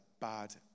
bad